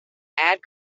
add